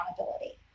accountability